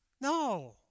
No